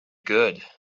good